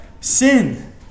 sin